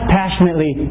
passionately